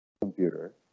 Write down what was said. computer